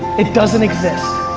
it doesn't exist.